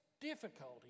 difficulty